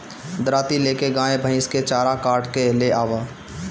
दराँती ले के गाय भईस के चारा काट के ले आवअ